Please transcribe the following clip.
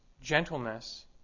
gentleness